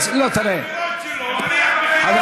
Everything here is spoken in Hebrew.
אתה מריח בחירות.